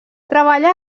treballà